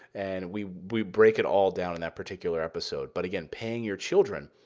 and we we break it all down in that particular episode. but again, paying your children,